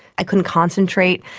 i couldn't concentrate,